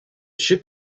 ship